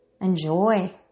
Enjoy